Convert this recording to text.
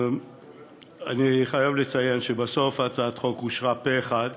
אני חייב לציין שבסוף הצעת החוק אושרה פה-אחד,